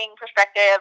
perspective